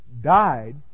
died